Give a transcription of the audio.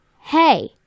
hey